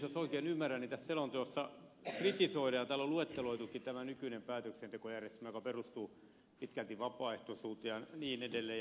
jos oikein ymmärrän niin tässä selonteossa kritisoidaan nykyistä päätöksentekojärjestelmää ja täällä on luetteloitukin tämä nykyinen päätöksentekojärjestelmä joka perustuu pitkälti vapaaehtoisuuteen ja niin edelleen